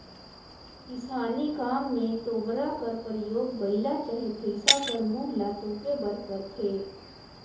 किसानी काम मे तोबरा कर परियोग बइला चहे भइसा कर मुंह ल तोपे बर करथे